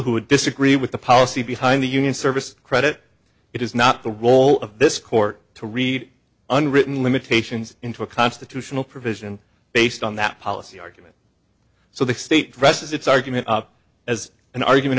would disagree with the policy behind the union service credit it is not the role of this court to read an written limitations into a constitutional provision based on that policy argument so the state dresses its argument up as an argument